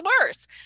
worse